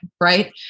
Right